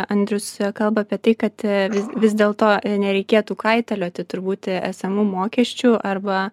andrius kalba apie tai kad vis vis dėlto nereikėtų kaitalioti turbūt esamų mokesčių arba